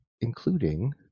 including